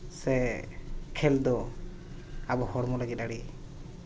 ᱥᱮ ᱠᱷᱮᱞ ᱫᱚ ᱟᱵᱚ ᱦᱚᱲᱢᱚ ᱞᱟᱹᱜᱤᱫ ᱟᱹᱰᱤ